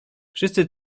wszyscy